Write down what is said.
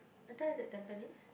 I thought it's at tampines